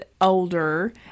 older